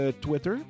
Twitter